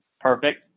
perfect